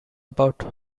about